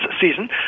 season